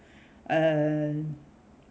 and